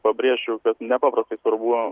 pabrėšiu kad nepaprastai svarbu